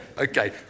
Okay